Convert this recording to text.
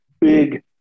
big